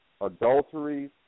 adulteries